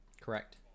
Correct